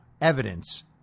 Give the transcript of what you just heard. evidence